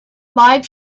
live